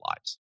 lives